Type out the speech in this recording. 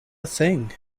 thing